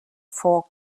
four